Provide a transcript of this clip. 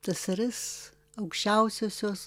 tsrs aukščiausiosios